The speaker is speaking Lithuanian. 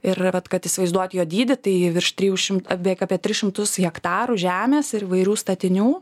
ir vat kad įsivaizduot jo dydį tai virš trijų šimtų beveik apie tris šimtus hektarų žemės ir įvairių statinių